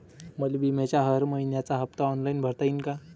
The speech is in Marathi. मले बिम्याचा हर मइन्याचा हप्ता ऑनलाईन भरता यीन का?